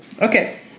okay